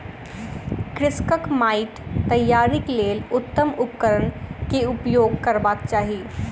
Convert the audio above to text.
कृषकक माइट तैयारीक लेल उत्तम उपकरण केउपयोग करबाक चाही